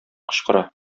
кычкыра